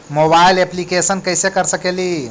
Mobile application कैसे कर सकेली?